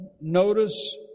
notice